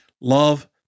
Love